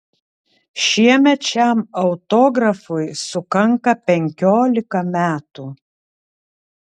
šiemet šiam autografui sukanka penkiolika metų